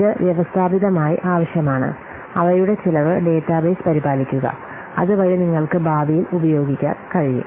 ഇത് വ്യവസ്ഥാപിതമായി ആവശ്യമാണ് അവയുടെ ചിലവ് ഡാറ്റാബേസ് പരിപാലിക്കുക അതുവഴി നിങ്ങൾക്ക് ഭാവിയിൽ ഉപയോഗിക്കാൻ കഴിയും